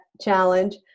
challenge